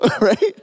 Right